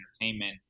entertainment